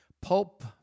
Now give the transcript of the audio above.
pulp